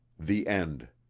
the end